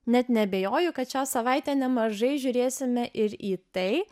net neabejoju kad šią savaitę nemažai žiūrėsime ir į tai